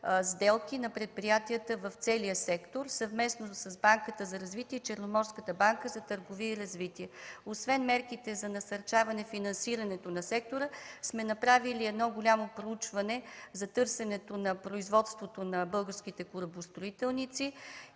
сделки на предприятията в целия сектор, съвместно с Банката за развитие и Черноморската банка за търговия и развитие. Освен мерките за насърчаване финансирането на сектора сме направили едно голямо проучване за търсенето на производството на българските корабостроителници.